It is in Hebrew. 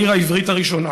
העיר העברית הראשונה,